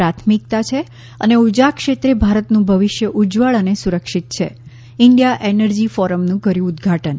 પ્રાથમિકતા છે અને ઉર્જા ક્ષેત્રે ભારતનું ભવિષ્ય ઉજ્જવળ અને સુરક્ષિત છે ઇન્ડીયા એનર્જી ફોરમનું કર્યું ઉદઘાટન